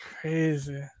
crazy